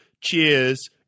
Cheers